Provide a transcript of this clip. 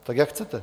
Tak jak chcete!